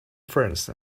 friends